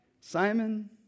Simon